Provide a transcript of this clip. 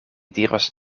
diros